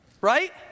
Right